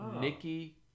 Nikki